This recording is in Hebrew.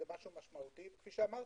כפי שאמרתי,